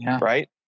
Right